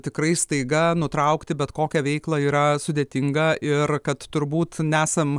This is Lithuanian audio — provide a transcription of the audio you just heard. tikrai staiga nutraukti bet kokią veiklą yra sudėtinga ir kad turbūt nesam